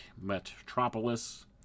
Metropolis